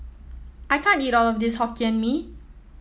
I can't eat all of this Hokkien Mee